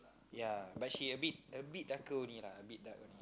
ya but she a bit a bit darker only lah a bit dark only